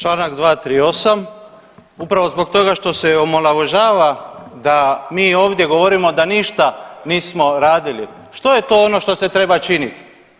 Čl. 238. upravo zbog toga što se omalovažava da mi ovdje govorimo da ništa nismo radili, što je to ono što se treba činit?